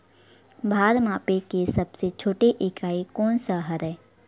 भार मापे के सबले छोटे इकाई कोन सा हरे?